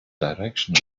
direction